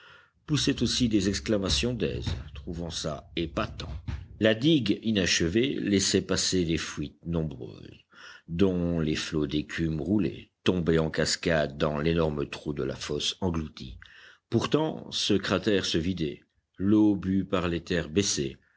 poussait aussi des exclamations d'aise trouvant ça épatant la digue inachevée laissait passer des fuites nombreuses dont les flots d'écume roulaient tombaient en cascade dans l'énorme trou de la fosse engloutie pourtant ce cratère se vidait l'eau bue par les terres baissait